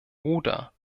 oder